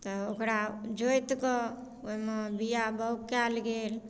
तऽ ओकरा जोइत कऽ ओइमे बिया बाउग कयल गेल